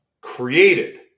created